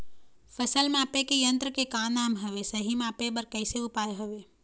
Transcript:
फसल मापे के यन्त्र के का नाम हवे, सही मापे बार कैसे उपाय हवे?